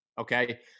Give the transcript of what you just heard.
okay